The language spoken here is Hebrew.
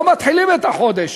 לא מתחילים את החודש.